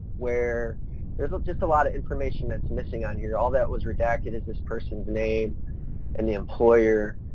where there's just a lot of information that's missing on here. all that was redacted is this person's name and the employer,